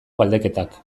galdeketak